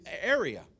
area